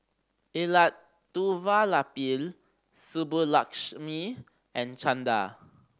Elattuvalapil Subbulakshmi and Chanda